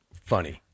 funny